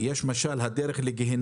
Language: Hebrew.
ויכול להבין שאם לקוח לא מקבל בחוץ,